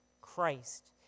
Christ